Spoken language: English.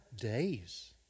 days